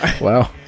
Wow